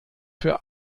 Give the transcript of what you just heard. für